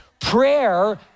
Prayer